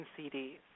CDs